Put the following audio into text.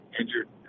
injured